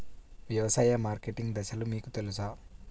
వ్యవసాయ మార్కెటింగ్ దశలు మీకు తెలుసా?